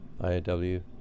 IAW